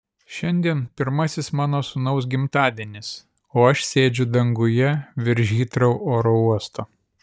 šiandien pirmasis mano sūnaus gimtadienis o aš sėdžiu danguje virš hitrou oro uosto